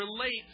relate